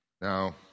Now